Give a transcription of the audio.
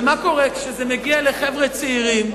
וכשזה מגיע לחבר'ה צעירים,